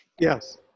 Yes